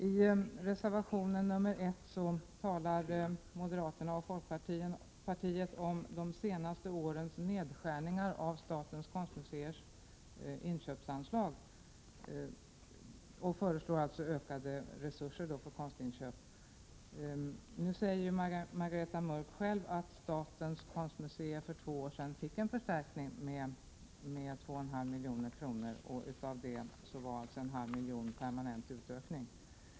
I reservation 1 talar moderaterna och folkpartisterna om de senaste årens nedskärningar av statens konstmuseers inköpsanslag och föreslår ökade resurser för konstinköp. Nu säger Margareta Mörck själv att statens konstmuseer för två år sedan fick en förstärkning med 2,5 milj.kr., av vilket 0,5 milj.kr. var en permanent utökning.